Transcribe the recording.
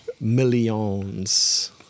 millions